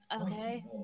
Okay